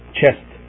chest